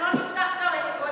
אנחנו לא נפתח, את גודל,